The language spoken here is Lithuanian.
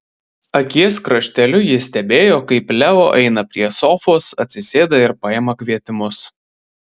akies krašteliu ji stebėjo kaip leo eina prie sofos atsisėda ir paima kvietimus